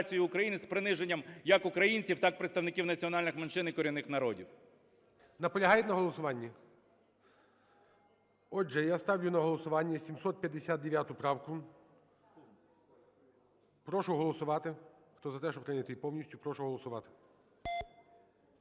Наполягають на голосуванні? Отже, я ставлю на голосування 759 правку. Прошу голосувати. Хто за те, щоб прийняти її повністю, прошу голосувати.